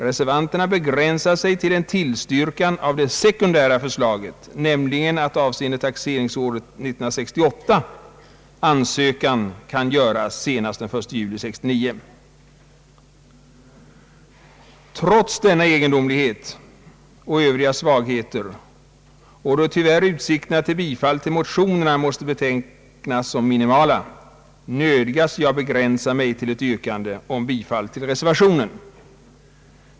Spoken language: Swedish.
Reservanterna begränsar sig till en tillstyrkan av det sekundära förslaget, nämligen att avseende taxeringsåret 1968 ansökan kan göras senast den 1 juli 1969. Trots denna egendomlighet och övriga svagheter i reservationen, och då utsikterna till bifall till motionen tyvärr måste betecknas som minimala, nödgas jag begränsa mig till ett yrkande om bifall till reservationen.